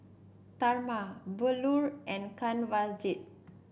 Tharman Bellur and Kanwaljit